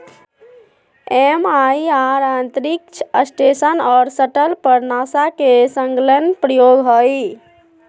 MIR अंतरिक्ष station और shuttle पर नासा के संलग्न प्रयोग हइ